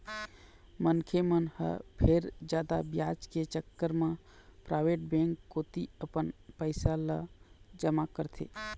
मनखे मन ह फेर जादा बियाज के चक्कर म पराइवेट बेंक कोती अपन पइसा ल जमा करथे